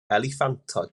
eliffantod